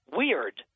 weird